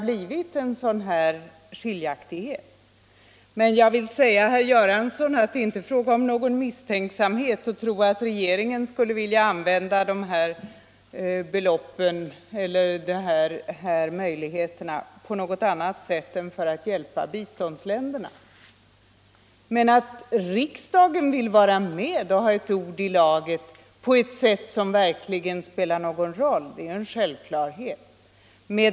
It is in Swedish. Men jag vill säga till herr Göransson att det inte är fråga om någon misstänksamhet om att regeringen skulle vilja använda de medel det gäller på något annat sätt än för att hjälpa biståndsländerna. Att riksdagen vill ha ett ord med i laget och konkret vill kunna påverka behandlingen är en självklarhet.